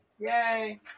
yay